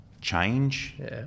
change